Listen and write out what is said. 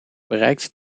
bereikt